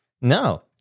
No